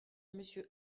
monsieur